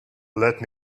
let